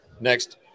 next